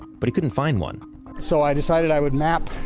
but he couldn't find one so i decided i would map.